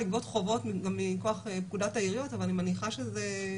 לגבות חובות גם מכוח העיריות אבל אני מניחה שזה,